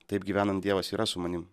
taip gyvenant dievas yra su manim